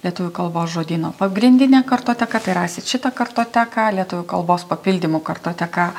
lietuvių kalbos žodyno pagrindinę kartoteką tai rasit šitą kartoteką lietuvių kalbos papildymų kartoteka